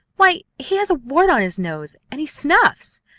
why, he has a wart on his nose, and he snuffs!